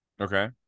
okay